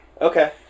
Okay